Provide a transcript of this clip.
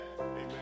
amen